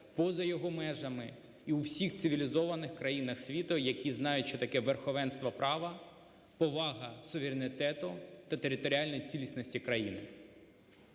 поза його межами і у всіх цивілізованих країнах світу, які знають що таке верховенство права, повага суверенітету та територіальної цілісності країни.